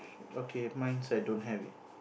okay mine's I don't have it